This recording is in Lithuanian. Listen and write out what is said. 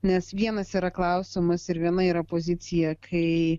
nes vienas yra klausimas ir viena yra pozicija kai